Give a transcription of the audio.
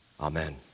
Amen